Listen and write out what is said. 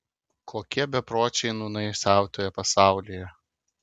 kokie bepročiai nūnai siautėja pasaulyje